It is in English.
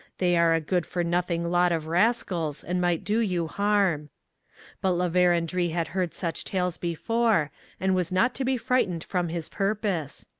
they are a good-for-nothing lot of rascals and might do you harm but la verendrye had heard such tales before and was not to be frightened from his purpose.